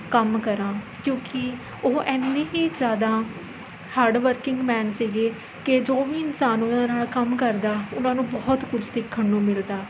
ਕੰਮ ਕਰਾਂ ਕਿਉਂਕਿ ਉਹ ਐਨੇ ਹੀ ਜ਼ਿਆਦਾ ਹਾਰਡਵਰਕਿੰਗ ਮੈਨ ਸੀਗੇ ਕਿ ਜੋ ਵੀ ਇਨਸਾਨ ਉਹਨਾਂ ਨਾਲ਼ ਕੰਮ ਕਰਦਾ ਉਹਨਾਂ ਨੂੰ ਬਹੁਤ ਕੁਝ ਸਿੱਖਣ ਨੂੰ ਮਿਲਦਾ